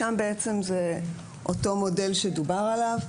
שם זה אותו מודל שדובר עליו,